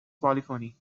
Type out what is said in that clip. polyphony